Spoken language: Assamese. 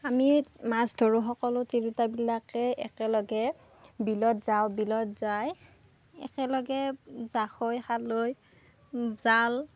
আমি মাছ ধৰোঁ সকলো তিৰোতাবিলাকে একেলগে বিলত যাওঁ বিলত যাই একেলগে জাকৈ খালৈ জাল